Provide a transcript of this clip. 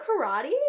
karate